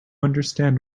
understand